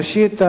ראשית,